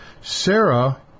Sarah